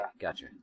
gotcha